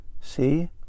See